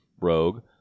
Rogue